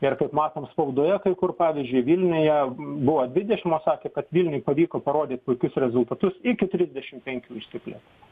ir kaip matom spaudoje kai kur pavyzdžiui vilniuje buvo dvidešim o sakė kad vilniuj pavyko parodyt puikius rezultatus iki trisdešim penkių išsiplėtė